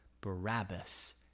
Barabbas